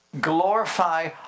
glorify